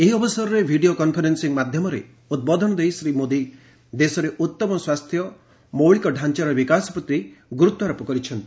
ଏହି ଅବସରରେ video conferencing ମାଧ୍ୟମରେ ଉଦ୍ବୋଧନ ଦେଇ ଶ୍ରୀ ମୋଦୀ ଦେଶରେ ଉଉମ ସ୍ୱାସ୍ଥ୍ୟ ମୌଳିକ ଡାଞ୍ଚାର ବିକାଶ ପ୍ରତି ଗୁରୁତ୍ୱାରୋପ କରିଛନ୍ତି